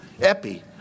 epi